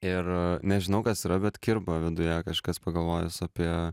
ir nežinau kas yra bet kirba viduje kažkas pagalvojus apie